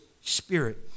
spirit